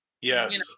Yes